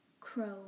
Crow